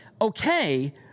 Okay